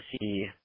see